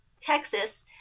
Texas